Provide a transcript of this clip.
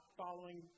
following